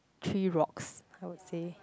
three rocks I would say